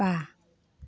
बा